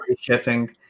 shipping